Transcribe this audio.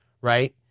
Right